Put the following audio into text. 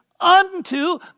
unto